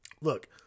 look